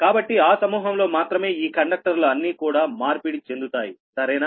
కాబట్టి ఆ సమూహంలో మాత్రమే ఈ కండక్టర్లు అన్నీ కూడా మార్పిడి చెందుతాయి సరేనా